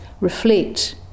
reflect